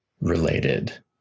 related